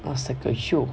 aasak !aiyo!